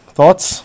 thoughts